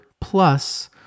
plus